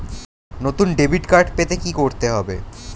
নতুন debit card পেতে কী করতে হবে?